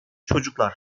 çocuklar